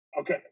Okay